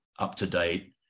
up-to-date